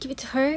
give it to her